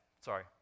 sorry